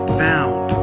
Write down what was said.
found